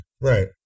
Right